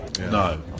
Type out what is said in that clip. no